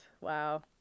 Wow